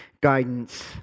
guidance